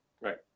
right